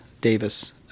Davis